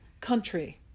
country